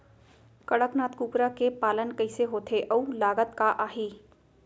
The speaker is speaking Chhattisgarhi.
कड़कनाथ कुकरा के पालन कइसे होथे अऊ लागत का आही?